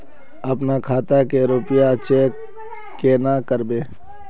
अपना खाता के रुपया चेक केना करबे?